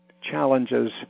challenges